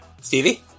Stevie